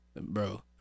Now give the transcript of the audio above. bro